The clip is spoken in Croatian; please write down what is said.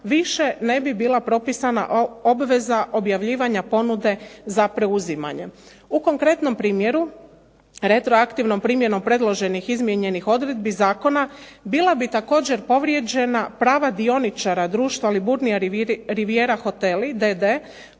više ne bi bila propisana obveza objavljivanja ponude za preuzimanjem. U konkretnom primjeru retroaktivnom primjernom predloženih izmijenjenih odredbi zakona bila bi također povrijeđena prava dioničara društva "Liburnija rivijera hoteli"